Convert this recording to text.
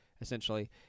essentially